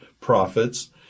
prophets